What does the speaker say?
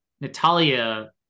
Natalia